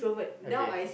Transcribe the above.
okay